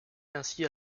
ainsi